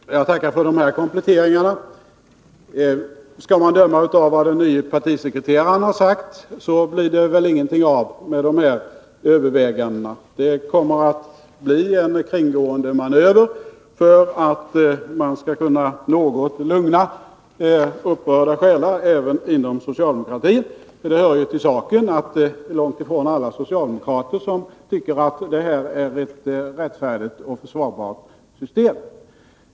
Herr talman! Jag tackar för de här kompletteringarna. Skall man döma av vad den nye partisekreteraren har sagt, blir det väl ingenting av med de här övervägandena. Det kommer att bli en kringgående manöver för att man skall kunna något lugna upprörda själar även inom socialdemokratin. Det hör ju till saken att det är långt ifrån alla socialdemokrater som tycker att detta är ett rättfärdigt och försvarbart system.